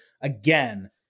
again